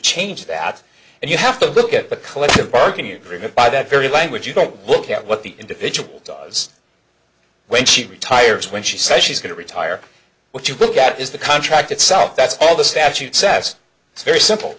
change that and you have to look at the collective bargaining agreement by that very language you don't look at what the individual does when she retires when she says she's going to retire what you look at is the contract itself that's all the statute sassed it's very simple